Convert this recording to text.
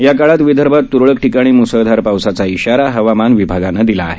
या काळात विदर्भात त्रळक ठिकाणी म्सळधार पावसाचा इशारा हवामान विभागानं दिला आहे